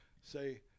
say